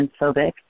transphobic